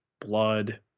blood